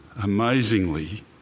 amazingly